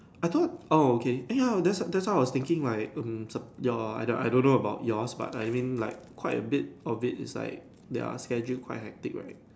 I thought oh okay eh ya that's why that's why I was thinking like um your I don't know about yours but I didn't like quite a bit of it is like their schedule quite hectic right